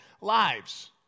lives